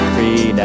Free